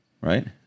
right